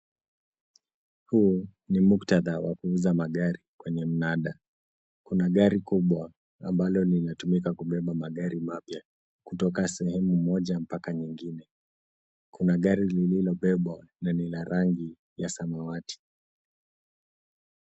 Huu ni muktadha wa kuuza magari kwenye mnada. Kuna gari kubwa ambalo linatumika kubeba magari mapya kutoka sehemu moja mpaka nyingine. Kuna gari lililobebwa na ni la rangi ya samawati.